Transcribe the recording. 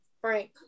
Frank